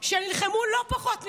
שנלחמו לא פחות ממנו.